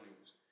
news